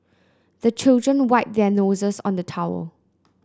the children wipe their noses on the towel